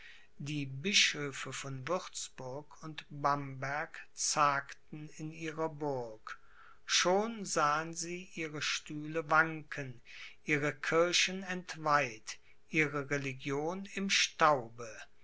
die bischöfe von würzburg und bamberg zagten in ihrer burg schon sahen sie ihre stühle wanken ihre kirchen entweiht ihre religion im staube